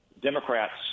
Democrats